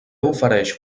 ofereix